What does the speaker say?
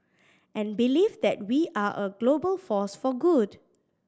and believe that we are a global force for good